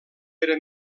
era